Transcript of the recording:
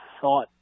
thought